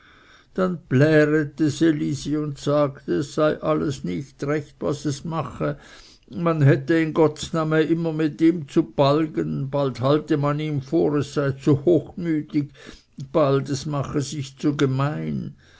elisi und sagte es sei alles nicht recht was es mache man hätte in gottsname immer mit ihm zu balgen bald halte man ihm vor es sei zu hochmütig bald es mache sich zu gemein